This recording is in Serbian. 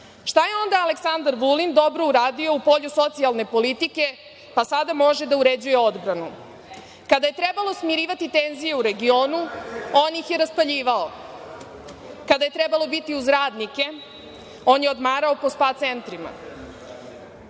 Šta je onda Aleksandar Vulin dobro uradio u polju socijalne politike, pa sada može da uređuje odbranu? Kada je trebalo smirivati tenziju u regionu, on ih je raspaljivao. Kada je trebalo biti uz radnike, on je odmarao po spa centrima.